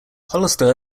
hollister